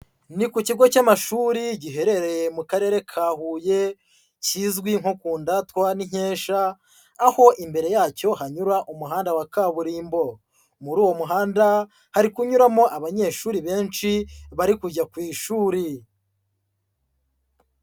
Ni ku kigo cy'amashuri giherereye mu karere ka Huye, kizwi nko ku ndatwa n'inkesha, aho imbere yacyo hanyura umuhanda wa kaburimbo, muri uwo muhanda hari kunyuramo abanyeshuri benshi bari kujya ku ishuri.